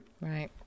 Right